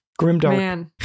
Grimdark